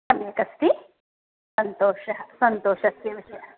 सम्यगस्ति सन्तोषः सन्तोषस्य विषयः